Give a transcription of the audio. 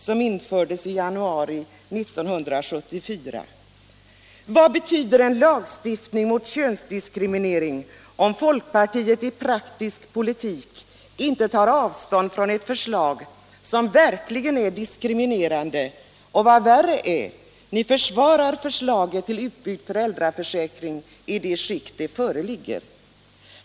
som infördes i januari 1974. Vad betyder en lagstiftning mot könsdiskriminering om folkpartiet i praktisk politik inte tar avstånd från ett förslag som verkligen är diskriminerande? Och vad värre är, ni försvarar förslaget till utbyggd föräldraförsäkring i det skick det föreligger!